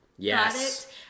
Yes